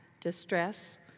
distress